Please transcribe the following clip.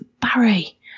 Barry